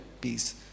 peace